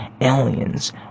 aliens